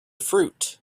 fruit